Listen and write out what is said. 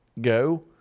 go